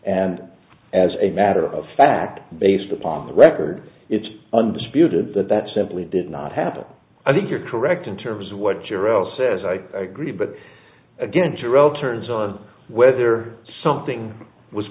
and as a matter of fact based upon the record it's undisputed that that simply did not happen i think you're correct in terms of what general says i agree but again general turns on whether something was